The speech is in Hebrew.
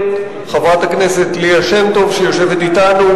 זה ילך לוועדה למעמד